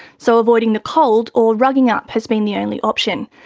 so avoiding the cold or rugging up has been the only option.